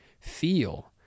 feel